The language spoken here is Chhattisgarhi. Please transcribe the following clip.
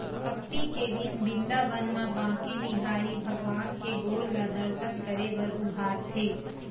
अक्ती के दिन बिंदाबन म बाके बिहारी भगवान के गोड़ ल दरसन करे बर उघारथे